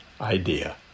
idea